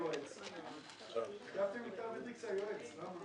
למה החלפתם את אבי דריקס היועץ?